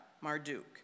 Marduk